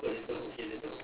to the